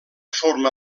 forma